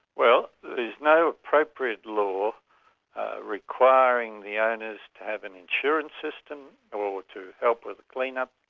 well there's no appropriate law requiring the owners to have an insurance system, or to help with the clean-up,